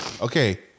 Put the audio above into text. Okay